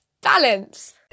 balance